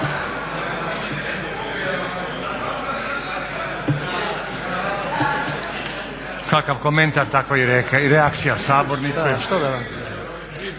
Kakav komentar takva i reakcija sabornice.